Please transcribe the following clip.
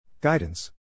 Guidance